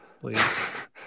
please